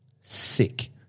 sick